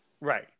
Right